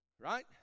right